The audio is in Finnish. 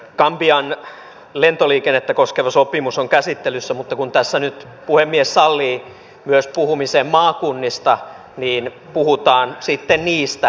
gambian lentoliikennettä koskeva sopimus on käsittelyssä mutta kun tässä nyt puhemies sallii myös puhumisen maakunnista niin puhutaan sitten niistä